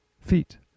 feet